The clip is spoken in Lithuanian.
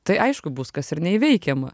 tai aišku bus kas ir neįveikiama